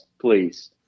please